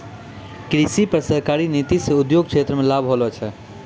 कृषि पर सरकारी नीति से उद्योग क्षेत्र मे लाभ होलो छै